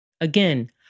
Again